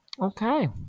okay